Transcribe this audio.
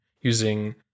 using